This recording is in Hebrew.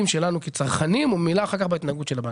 שלנו כצרכנים וממילא אחר כך בהתנגדות של הבנקים.